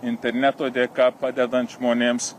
interneto dėka padedant žmonėms